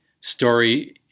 story